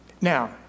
Now